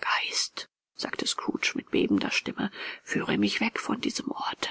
geist sagte scrooge mit bebender stimme führe mich weg von diesem orte